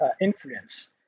influence